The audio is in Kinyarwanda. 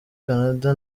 canada